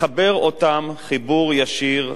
לחבר אותן חיבור ישיר,